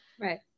Right